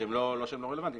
לא שהם לא רלוונטיים,